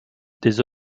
des